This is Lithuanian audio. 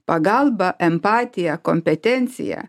pagalbą empatiją kompetenciją